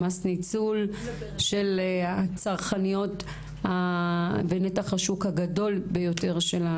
של הצרכניות בנתח השוק הגדול ביותר.